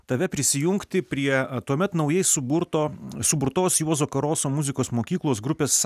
tave prisijungti prie tuomet naujai suburto suburtos juozo karoso muzikos mokyklos grupės